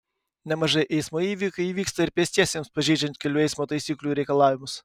nemažai eismo įvykių įvyksta ir pėstiesiems pažeidžiant kelių eismo taisyklių reikalavimus